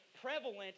prevalent